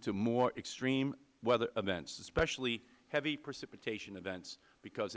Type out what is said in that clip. to more extreme weather events especially heavy precipitation events because